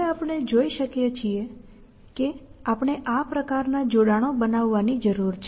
હવે આપણે જોઈ શકીએ છીએ કે આપણે આ પ્રકારનાં જોડાણો બનાવવાની જરૂર છે